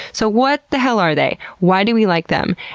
so what the hell are they, why do we like them,